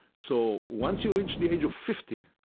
so once you reach the age of fifty,